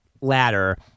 ladder